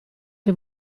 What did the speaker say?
che